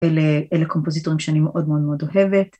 אלה קומפוזיטורים שאני מאוד מאוד מאוד אוהבת.